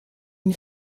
nie